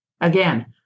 Again